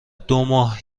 دوماه